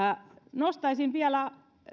nostaisin vielä